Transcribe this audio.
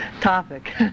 topic